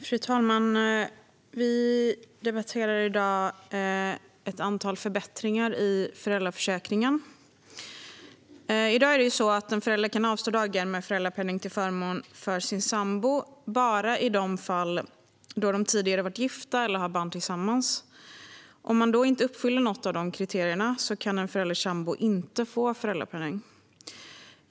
Fru talman! Vi debatterar nu ett antal förbättringar i föräldraförsäkringen. I dag kan en förälder avstå dagar med föräldrapenning till förmån för sin sambo bara i de fall som de tidigare har varit gifta eller har barn tillsammans. Om man då inte uppfyller något av dessa kriterier kan en förälders sambo inte få föräldrapenning.